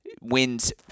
Wins